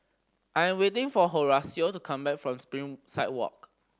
I'm waiting for Horacio to come back from Springside Walk